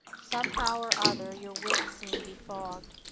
somehow or other, your wits seem befogged.